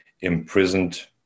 imprisoned